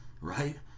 right